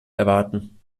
erwarten